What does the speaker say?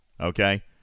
Okay